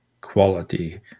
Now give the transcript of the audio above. quality